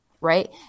Right